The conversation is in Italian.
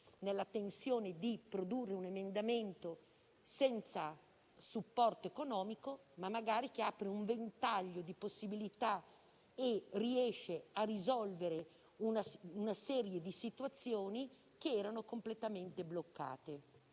nella tensione di produrre un emendamento senza supporto economico, che magari apre un ventaglio di possibilità e riesce a risolvere una serie di situazioni completamente bloccate.